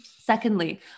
secondly